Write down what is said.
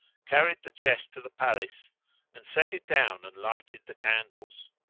carried the chest to the palace and set it down and lighted the candles.